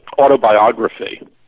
autobiography